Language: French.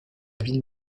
ville